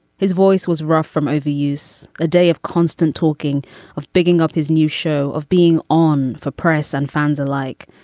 his voice was rough from over use a day of constant talking of bigging up his new show, of being on for press and fans alike.